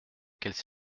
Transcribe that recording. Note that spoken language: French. quelle